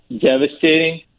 devastating